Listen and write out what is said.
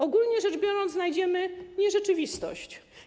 Ogólnie rzecz biorąc, znajdziemy nierzeczywistość.